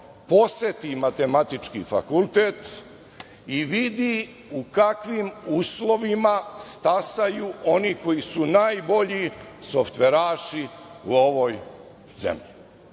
poseti Matematički fakultet i vidi u kakvim uslovima stasaju oni koji su najbolji softveraši na ovoj zemlji.